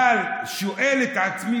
אבל אני שואל את עצמי,